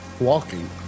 walking